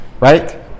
right